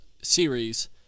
series